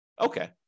Okay